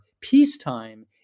peacetime